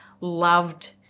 loved